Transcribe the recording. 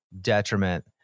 detriment